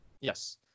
Yes